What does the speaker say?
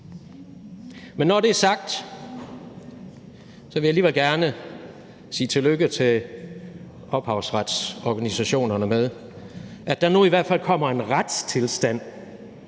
Men når det er sagt, vil jeg alligevel gerne ønske ophavsretsorganisationerne tillykke med, at der nu i hvert fald kommer en retstilstand,